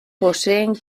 poseen